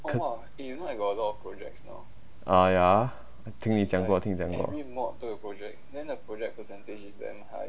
ah ya 听你讲过听你讲过